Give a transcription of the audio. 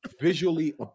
visually